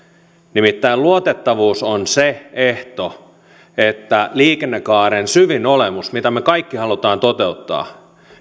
nimittäin luotettavuus on ehto liikennekaaren syvimmälle olemukselle mitä me kaikki haluamme toteuttaa